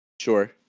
Sure